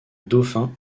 dauphin